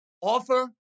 offer